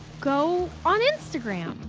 go on instagram!